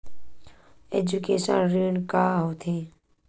Education ऋण का होथे?